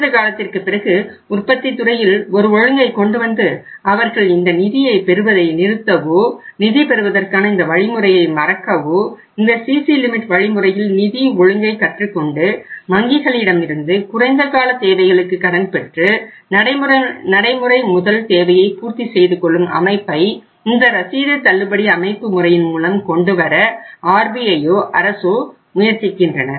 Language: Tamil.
சிறிது காலத்திற்குப் பிறகு உற்பத்தி துறையில் ஒரு ஒழுங்கை கொண்டுவந்து அவர்கள் இந்த நிதியை பெறுவதை நிறுத்தவோ நிதி பெறுவதற்கான இந்த வழிமுறையை மறக்கவோ இந்த சிசி லிமிட் வழிமுறையில் நிதி ஒழுங்கை கற்றுக்கொண்டு வங்கிகளிடமிருந்து குறைந்த கால தேவைகளுக்கு கடன் பெற்று நடைமுறை முதல் தேவையை பூர்த்தி செய்து கொள்ளும் அமைப்பை இந்த ரசீது தள்ளுபடி அமைப்பு முறையின் மூலம் கொண்டுவர RBIயோ அரசோ முயற்சிக்கின்றனர்